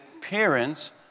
parents